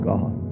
God